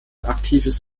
aktives